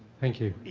thank you. yeah.